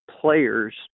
players